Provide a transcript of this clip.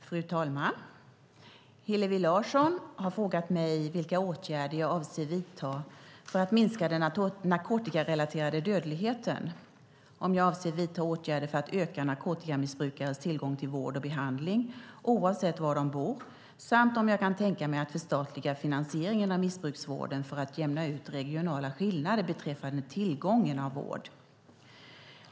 Fru talman! Hillevi Larsson har frågat mig vilka åtgärder jag avser att vidta för att minska den narkotikarelaterade dödligheten, om jag avser att vidta åtgärder för att öka narkotikamissbrukares tillgång till vård och behandling oavsett var de bor samt om jag kan tänka mig att förstatliga finansieringen av missbruksvården för att jämna ut regionala skillnader beträffande tillgången på vård.